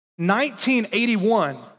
1981